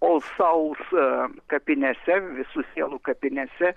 all souls kapinėse visų sielų kapinėse